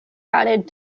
added